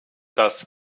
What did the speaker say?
dass